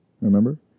Remember